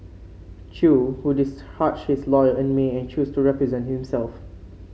Chew who discharged his lawyer in May and chose to represent himself